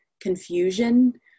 confusion